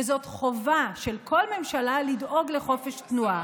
וזאת חובה של כל ממשלה לדאוג לחופש תנועה.